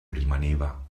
rimaneva